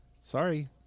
sorry